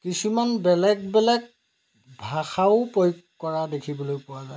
কিছুমান বেলেগ বেলেগ ভাষাও প্ৰয়োগ কৰা দেখিবলৈ পোৱা যায়